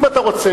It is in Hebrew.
אם אתה רוצה,